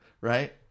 right